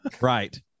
Right